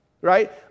Right